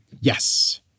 Yes